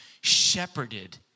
shepherded